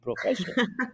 profession